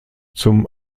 zum